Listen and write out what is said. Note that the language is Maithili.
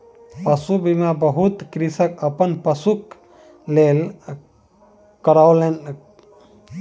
पशु बीमा बहुत कृषक अपन पशुक लेल करौलेन